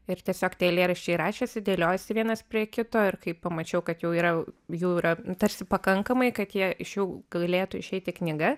ir tiesiog tie eilėraščiai rašėsi dėliojosi vienas prie kito ir kai pamačiau kad jau yra jų yra tarsi pakankamai kad jie iš jų galėtų išeiti knyga